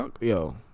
Yo